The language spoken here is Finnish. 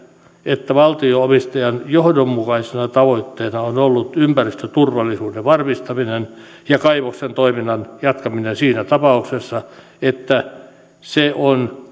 että valtio omistajan johdonmukaisena tavoitteena on ollut ympäristöturvallisuuden varmistaminen ja kaivoksen toiminnan jatkaminen siinä tapauksessa että se on